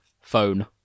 phone